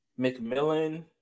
McMillan